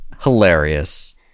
hilarious